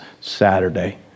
Saturday